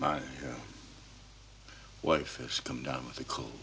my wife has come down with a co